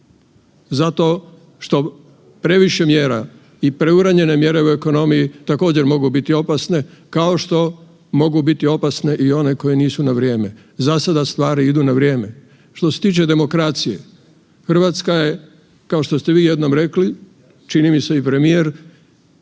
zato što previše mjera i preuranjene mjere u ekonomiji također, mogu biti opasne, kao što mogu biti opasne i one koje nisu na vrijeme. Za sada stvari idu na vrijeme. Što se tiče demokracije, Hrvatska je, kao što ste vi jednom rekli, čini mi se i premijer,